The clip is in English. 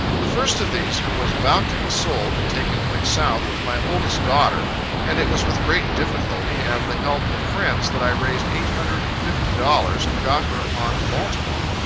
the first of these, who was about to be sold, and taken away south, was my oldest daughter and it was with great difficulty and the help of friends that i raised eight hundred and fifty dollars, and got her on to baltimore.